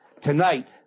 tonight